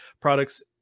products